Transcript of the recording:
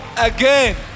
again